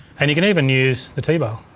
and you can even use the t-bar.